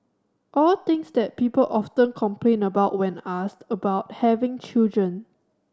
all things that people often complain about when asked about having children